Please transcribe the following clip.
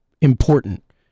important